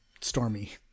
stormy